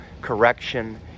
correction